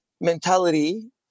mentality